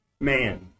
man